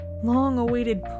long-awaited